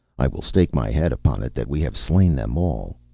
i will stake my head upon it that we have slain them all.